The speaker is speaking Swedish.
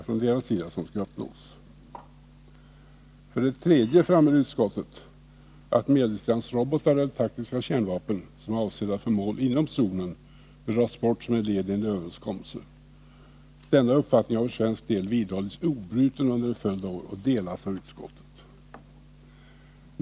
För det tredje framhöll utskottet att det från svensk sida har hävdats att medeldistansrobotar och taktiska kärnvapen, som är avsedda för mål inom zonen, bör dras bort som ett led i en överenskommelse. Denna uppfattning har för svensk del vidhållits obruten under en följd av år och delas av utskottet, heter det i betänkandet.